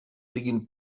siguin